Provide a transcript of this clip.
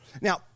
Now